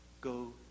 go